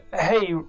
Hey